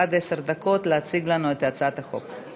עד עשר דקות להציג לנו את הצעת החוק.